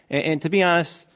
and to be honest,